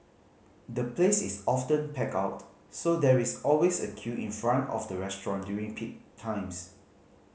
the place is often packed out so there is always a queue in front of the restaurant during peak times